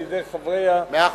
על-ידי חברי הבית,